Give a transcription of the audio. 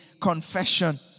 confession